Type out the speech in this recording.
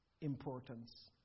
importance